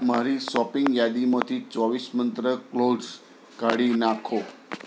મારી શોપિંગ યાદીમાંથી ચોવીસ મંત્ર ક્લોવ્ઝ કાઢી નાંખો